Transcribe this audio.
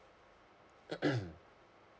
mm